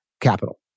Capital